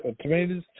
tomatoes